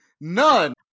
None